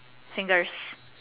fingers